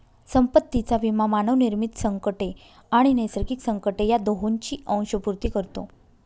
संपत्तीचा विमा मानवनिर्मित संकटे आणि नैसर्गिक संकटे या दोहोंची अंशपूर्ती करतो